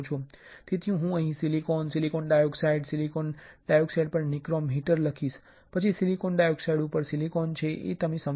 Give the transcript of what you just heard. તેથી હું અહીં silicon silicon dioxide silicon dioxide પર નિક્રોમ હીટર લખીશ પછી સિલિકોન ડાયોક્સાઇડ પર સિલિકોન છે આ તમે સમજો છો